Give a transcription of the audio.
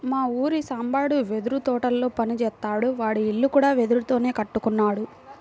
మా ఊరి సాంబడు వెదురు తోటల్లో పని జేత్తాడు, వాడి ఇల్లు కూడా వెదురుతోనే కట్టుకున్నాడు